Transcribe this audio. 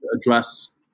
address